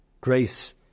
grace